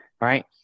Right